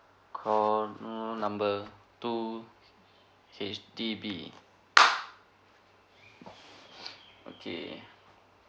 call number two H_D_B okay